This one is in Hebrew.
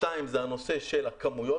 2. זה נושא הכמויות.